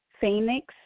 phoenix